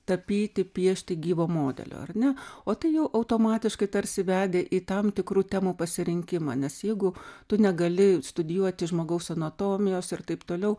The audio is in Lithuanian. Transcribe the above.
tapyti piešti gyvo modelio ar ne o tai jau automatiškai tarsi vedė į tam tikrų temų pasirinkimą nes jeigu tu negali studijuoti žmogaus anatomijos ir taip toliau